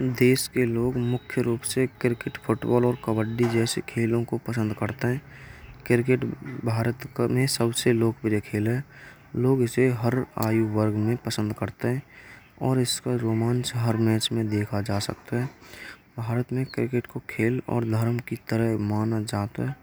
देश के लोग मुख्य रूप से क्रिकेट फुटबॉल और कबड्डी। जैसे खेलों को पसंद करते हैं। क्रिकेट भारत में सबसे लोकप्रिय खेल है। लोग इसे हर आयु वर्ग में पसंद करते हैं। और इसका रोमांस हर मैच में देखा जा सकता है। भारत में क्रिकेट को खेल और धर्म किस तरह मान जाता है।